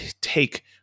take